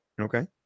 Okay